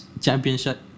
Championship